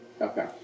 Okay